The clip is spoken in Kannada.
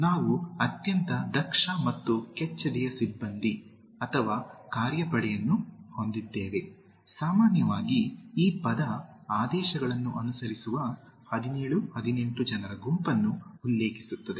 ನಾವು ಅತ್ಯಂತ ದಕ್ಷ ಮತ್ತು ಕೆಚ್ಚೆದೆಯ ಸಿಬ್ಬಂದಿ ಅಥವಾ ಕಾರ್ಯಪಡೆಯನ್ನು ಹೊಂದಿದ್ದೇವೆ ಸಾಮಾನ್ಯವಾಗಿ ಈ ಪದ ಆದೇಶಗಳನ್ನು ಅನುಸರಿಸುವ 17 18 ಜನರ ಗುಂಪನ್ನು ಉಲ್ಲೇಖಿಸುತ್ತದೆ